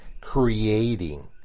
creating